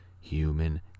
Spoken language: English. human